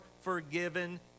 forgiven